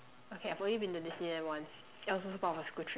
okay I've only been to Disneyland once it was also part of a school trip